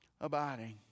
abiding